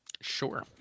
Sure